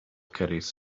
caddies